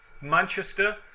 Manchester